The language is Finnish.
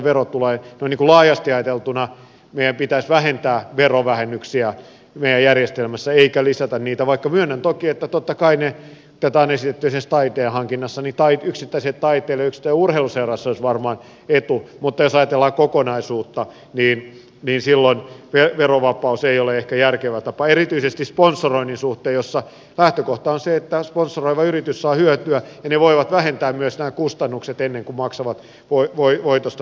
noin niin kuin laajasti ajateltuna meidän pitäisi vähentää verovähennyksiä meidän järjestelmässämme eikä lisätä niitä vaikka myönnän toki että totta kai tätä on esitetty esimerkiksi taiteen hankinnassa yksittäisille taiteilijoille yksittäisille urheiluseuroille se olisi varmaan etu mutta jos ajatellaan kokonaisuutta niin silloin verovapaus ei ole ehkä järkevä tapa erityisesti sponsoroinnin suhteen jossa lähtökohta on se että sponsoroivat yritykset saavat hyötyä ja ne voivat vähentää myös nämä kustannukset ennen kuin maksavat voitosta veron